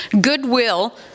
Goodwill